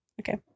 Okay